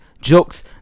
jokes